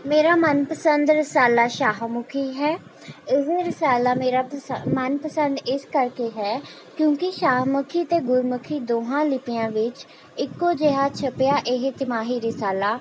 ਮੇਰਾ ਮਨਪਸੰਦ ਰਸਾਲਾ ਸ਼ਾਹਮੁਖੀ ਹੈ ਇਹ ਰਸਾਲਾ ਮੇਰਾ ਪਸੰ ਮਨਪਸੰਦ ਇਸ ਕਰਕੇ ਹੈ ਕਿਉਂਕਿ ਸ਼ਾਹਮੁਖੀ ਅਤੇ ਗੁਰਮੁਖੀ ਦੋਹਾਂ ਲਿੱਪੀਆਂ ਵਿੱਚ ਇੱਕੋ ਜਿਹਾ ਛਪਿਆ ਇਹ ਤਿਮਾਹੀ ਰਸਾਲਾ